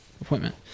appointment